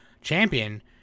champion